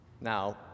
Now